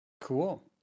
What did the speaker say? Cool